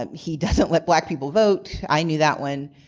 and he doesn't let black people vote. i knew that one.